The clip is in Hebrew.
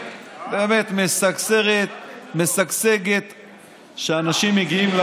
אבל למה אתה מתעלם ממה שאני אמרתי?